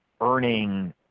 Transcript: earning